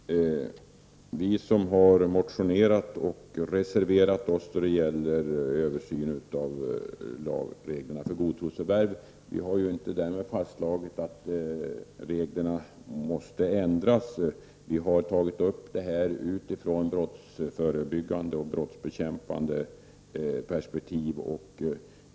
Herr talman! Vi som har motionerat och reserverat oss då det gäller översynen av lagreglerna om godtrosförvärv har inte därmed fastslagit att reglerna måste ändras. Vi har tagit upp detta utifrån ett brottsförebyggande och brottsbekämpande perspektiv.